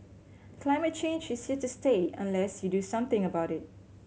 climate change is here to stay unless you do something about it